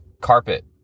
Carpet